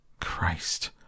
Christ